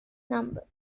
number